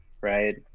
Right